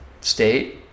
state